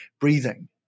breathing